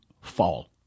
fall